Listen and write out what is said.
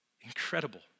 Incredible